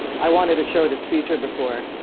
i wanted to show this feature before.